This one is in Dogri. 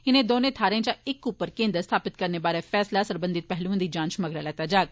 इनें दौनें थाहरें चा इक उप्पर केन्द्र स्थापित करने बारै फैसला सरबंधित पैहलुए दी जांच करने मगरा लैता जाग